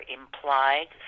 implied